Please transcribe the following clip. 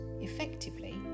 effectively